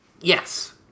Yes